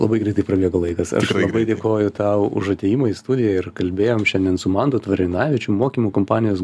labai greitai prabėgo laikas aš labai dėkoju tau už atėjimą į studiją ir kalbėjom šiandien su mantu tvarijonavičium mokymų kompanijos